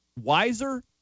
wiser